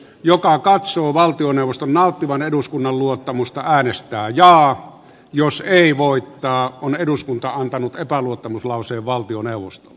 joka katsoo valtioneuvoston nauttivan eduskunnan luottamusta äänestää jaa jos ei voittaa on markus mustajärven ehdotus hyväksytty ja eduskunta on antanut epäluottamuslauseen valtioneuvostolle